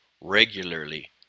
regularly